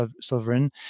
sovereign